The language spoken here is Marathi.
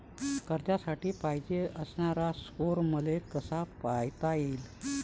कर्जासाठी पायजेन असणारा स्कोर मले कसा पायता येईन?